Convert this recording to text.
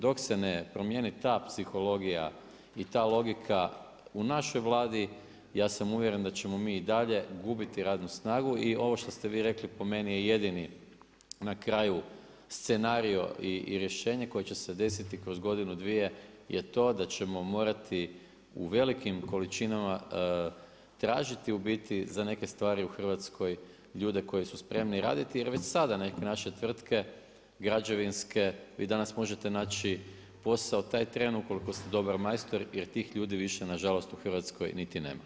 Dok se promijeni ta psihologija i ta logika u našoj Vladi, ja sam uvjeren da ćemo mi i dalje gubiti radnu snagu i ovo što ste vi rekli po meni je jedini na kraju scenario i rješenje koje će se desiti kroz godinu, dvije je to da ćemo morati u velikim količinama tražiti za neke stvari u Hrvatskoj ljude koji su spremni raditi jer sada neke naše tvrtke građevinske, vi danas možete naći posao taj tren ukoliko ste dobar majstor jer tih ljudi više nažalost u Hrvatskoj niti nema.